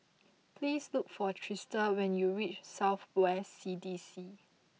please look for Trista when you reach South West C D C